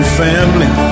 family